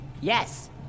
Yes